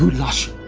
lost!